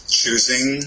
choosing